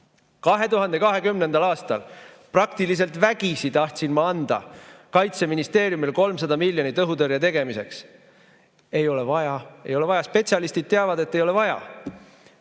2020. aastal praktiliselt vägisi tahtsin ma anda Kaitseministeeriumile 300 miljonit õhutõrje tegemiseks. Ei ole vaja! Ei ole vaja, spetsialistid teavad, et ei ole vaja!